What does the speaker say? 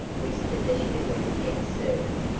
whispered the shivering ex-servant,